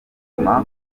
nyuma